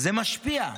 זה משפיע.